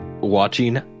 watching